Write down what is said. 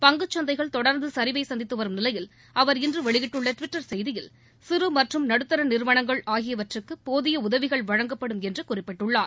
பங்குச்சந்தைகள் தொடர்ந்து சரிவை சந்தித்து வரும் நிலையில் அவர் இன்று வெளியிட்டுள்ள டுவிட்டர் செய்தியில் சிறு மற்றும் நடுத்தர நிறுவனங்கள் ஆகியவற்றுக்கும் போதிய உதவிகள் வழங்கப்படும் என்று குறிப்பிட்டுள்ளார்